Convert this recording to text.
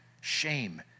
shame